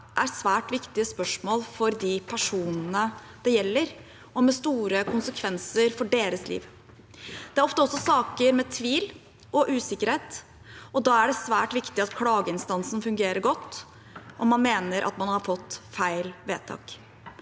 er svært viktige spørsmål for de personene det gjelder, med store konsekvenser for deres liv. Det er ofte også saker med tvil og usikkerhet, og da er det svært viktig at klageinstansen fungerer godt om man mener at man har fått feil vedtak.